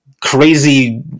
crazy